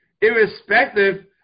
irrespective